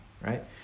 right